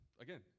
Again